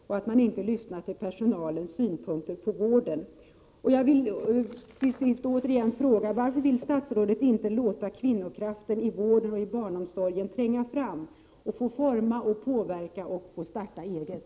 Man lyssnar inte till personalens synpunkter på vården. Varför vill inte statsrådet låta kvinnokraften tränga fram i vården och barnomsorgen och få forma och påverka ? Varför skall inte kvinnor få starta eget?